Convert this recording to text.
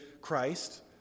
Christ